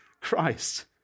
Christ